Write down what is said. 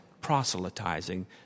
proselytizing